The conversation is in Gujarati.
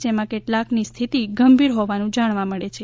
જેમાં કેટલાકની સ્થિતિ ગંભીર હોવાનું જાણવા મળે છે